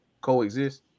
coexist